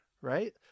right